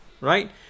Right